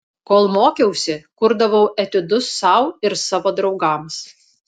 kol mokiausi kurdavau etiudus sau ir savo draugams